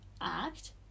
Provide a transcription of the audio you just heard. act